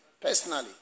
personally